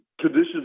conditions